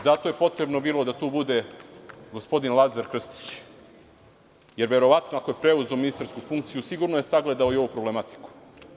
Zato je potrebno bilo da tu bude gospodin Lazar Krstić, jer je verovatno, ako je preuzeo ministarsku funkciju, sagledao i ovu problematiku.